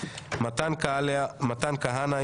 מתן כהנא,